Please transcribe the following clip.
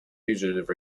fugitive